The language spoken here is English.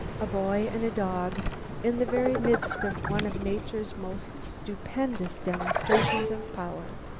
a boy and a dog in the very midst of one of nature's most stupendous demonstrations of power.